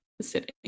sitting